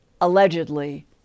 allegedly